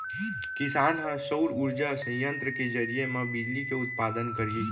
किसान ह सउर उरजा संयत्र के जरिए म बिजली के उत्पादन करही